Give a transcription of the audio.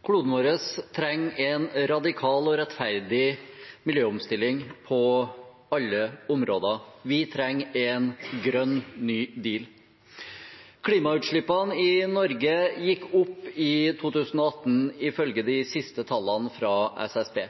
vår trenger en radikal og rettferdig miljøomstilling på alle områder, vi trenger en «grønn, ny deal». Klimautslippene i Norge gikk opp i 2018, ifølge de siste tallene fra SSB.